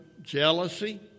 Jealousy